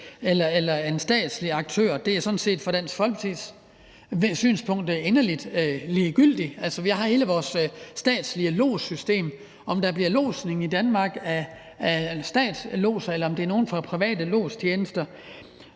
eller af en statslig aktør er set ud fra Dansk Folkepartis synspunkt inderlig ligegyldigt. Vi har hele vores statslige lodssystem; om der bliver lodsning i Danmark af en statslods, eller om det er nogle fra private lodstjenester,